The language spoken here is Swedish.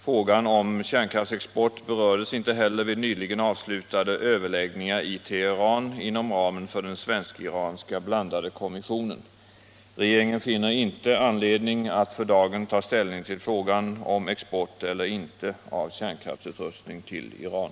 Frågan om kärnkraftsexport berördes inte heller vid nyligen avslutade överläggningar i Teheran inom ramen för den svensk-iranska blandade kommissionen. Regeringen finner inte anledning att för dagen ta ställning till frågan om export eller inte av kärnkraftsutrustning till Iran.